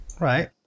right